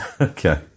Okay